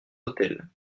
hôtel